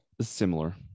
Similar